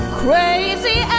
crazy